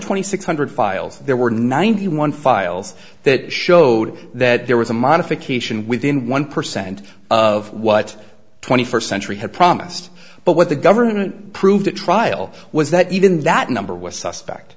twenty six hundred files there were ninety one files that showed that there was a modification within one percent of what twenty first century had promised but what the government proved at trial was that even that number was suspect